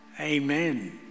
Amen